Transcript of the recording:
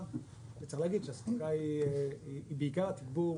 וצריך להגיד שהאספקה היא בעיקר לציבור,